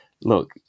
look